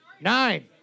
nine